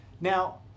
Now